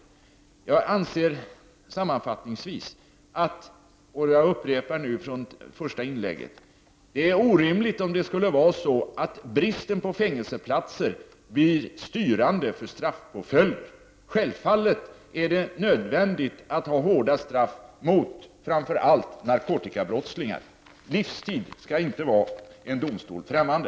Jag anser sammanfattningsvis att — och nu upprepar jag vad jag sade i mitt första inlägg — det skulle vara orimligt om bristen på fängelseplatser blev styrande för straffpåföljden. Självfallet är det nödvändigt med hårda straff mot framför allt narkotikabrottslingar. Livstid skall inte vara en domstol främmande.